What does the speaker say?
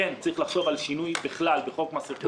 כן צריך לחשוב על שינוי בכלל בחוק מס רכוש,